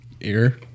ear